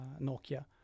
nokia